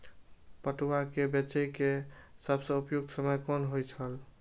पटुआ केय बेचय केय सबसं उपयुक्त समय कोन होय छल?